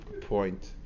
point